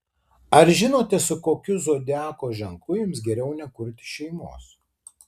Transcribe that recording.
ar žinote su kokiu zodiako ženklu jums geriau nekurti šeimos